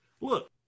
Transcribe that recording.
Look